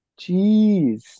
Jeez